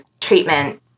treatment